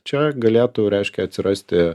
čia galėtų reiškia atsirasti